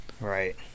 Right